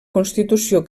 constitució